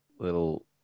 Little